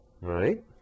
Right